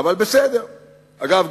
אגב,